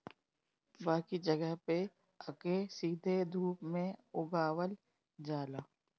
बाकी जगह पे एके सीधे धूप में उगावल जाला